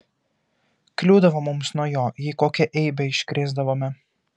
kliūdavo mums nuo jo jei kokią eibę iškrėsdavome